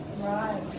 Right